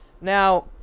Now